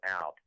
out